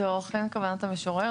זו אכן כוונת המשורר.